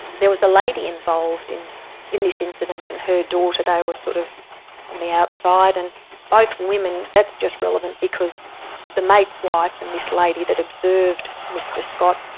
there was a lady involved in in this incident, and her daughter, they were sort of on the outside, and both women, that's just relevant because the mate's wife, and this lady that observed mr scott,